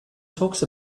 talks